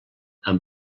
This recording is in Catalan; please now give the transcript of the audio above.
amb